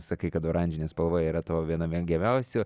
sakai kad oranžinė spalva yra tavo viena mėgiamiausių